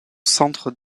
centre